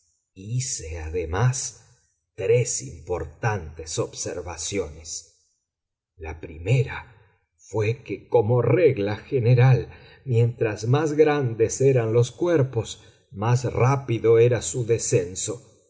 hice además tres importantes observaciones la primera fué que como regla general mientras más grandes eran los cuerpos más rápido era su descenso